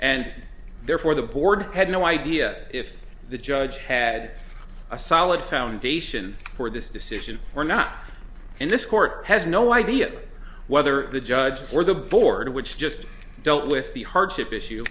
and therefore the board had no idea if the judge had a solid foundation for this decision or not and this court has no idea whether the judge or the board which just dealt with the hardship issue